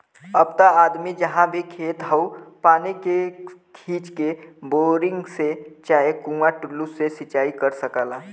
अब त आदमी जहाँ भी खेत हौ पानी के खींच के, बोरिंग से चाहे कुंआ टूल्लू से सिंचाई कर सकला